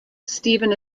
stephen